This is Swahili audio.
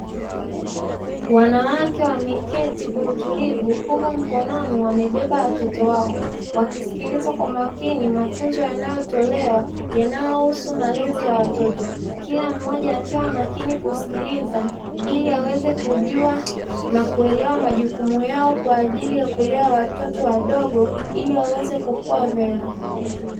Wanawake wameketi kwa utulivu, huku mkononi wamebeba watoto wao wakisikiliza kwa umakini mafunzo yanayotolewa yanayohusu malezi ya watoto. Kila mmoja akiwa makini kusikiliza ili aweze kujua na kuelewa majukumu yao kwa ajili ya kulea watoto wadogo ili waweze kukua vyema.